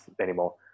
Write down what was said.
anymore